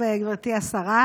חברת הכנסת סטרוק.